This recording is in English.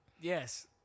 yes